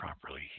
properly